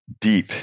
Deep